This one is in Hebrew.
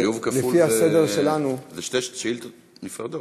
חיוב כפול זה שתי שאילתות נפרדות.